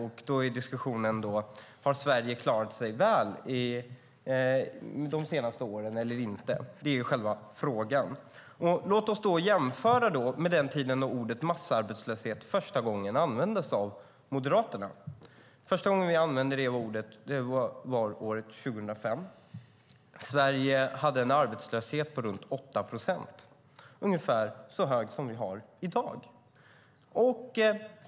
Då gäller diskussionen: Har Sverige klarat sig väl eller inte de senaste åren? Det är själva frågan. Låt oss då jämföra med den tid när ordet massarbetslöshet för första gången användes av Moderaterna. Första gången vi använde det ordet var år 2005. Sverige hade en arbetslöshet på runt 8 procent - ungefär så hög som vi har i dag.